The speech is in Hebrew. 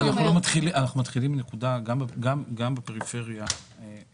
אני מציע שיהיה ברור שהחברה הממשלתית היא